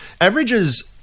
averages